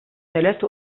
ثلاث